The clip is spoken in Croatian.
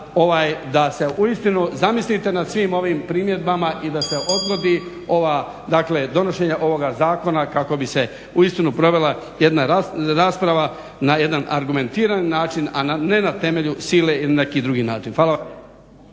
da se uistinu zamislite na svim ovim primjedbama i da se oplodi donošenje ovoga zakona kako bi se uistinu provela jedna rasprava na jedan argumentirani način a ne na temelju sile ili na neki drugi način.